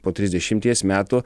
po trisdešimies metų